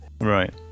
Right